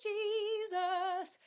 Jesus